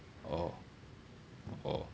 orh orh